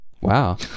Wow